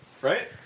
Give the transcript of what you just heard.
Right